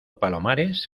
palomares